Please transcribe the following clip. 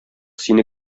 сине